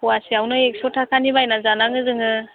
फ'वासेआवनो एक्स' थाखानि बायना जानाङो जोङो